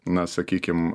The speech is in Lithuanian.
na sakykim